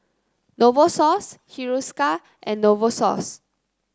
Novosource Hiruscar and Novosource